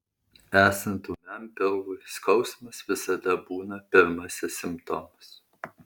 esant ūmiam pilvui skausmas visada būna pirmasis simptomas